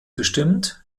bestimmt